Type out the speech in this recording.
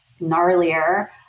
gnarlier